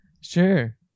Sure